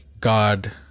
God